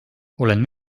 olen